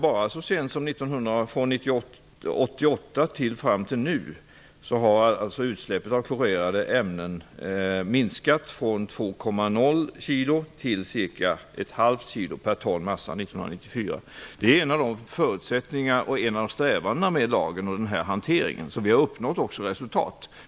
Bara från 1988 fram till 1994 har utsläppen av klorerade ämnen minskat från 2,0 kilo till ca 0,5 kilo per ton massa. Det är en av förutsättningarna och ett av strävandena med lagen och hanteringen, och här har vi uppnått resultat.